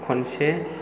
खनसे